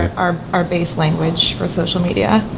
our our base language for social media.